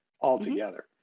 altogether